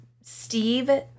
Steve